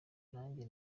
nanjye